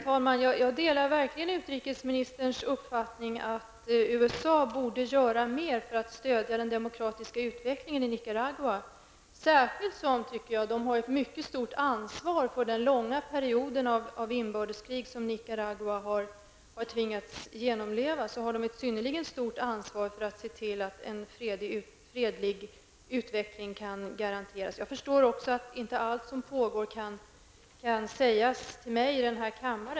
Herr talman! Jag delar verkligen utrikesministerns uppfattning att USA borde göra mer för att stödja den demokratiska utvecklingen i Nicaragua. Särskilt som USA har ett mycket stort ansvar för den långa period av inbördeskrig som Nicaragua har tvingats genomleva. USA har ett synnerligen stort ansvar att se till att en fredlig utveckling kan garanteras. Jag förstår att inte allt som pågår kan sägas till mig här i kammaren.